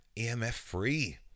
EMF-free